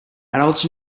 adults